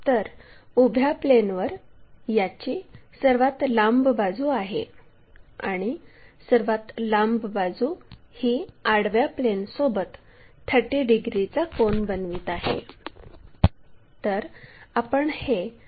तर उभ्या प्लेनवर याची सर्वात लांब बाजू आहे आणि सर्वात लांब बाजू ही आडव्या प्लेनसोबत 30 डिग्रीचा कोन बनवित आहे